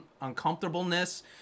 uncomfortableness